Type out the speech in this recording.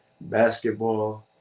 basketball